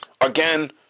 Again